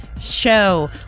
show